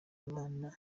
imana